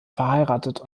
verheiratet